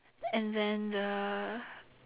and then the